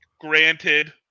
Granted